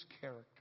character